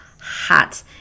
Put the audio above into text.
Hot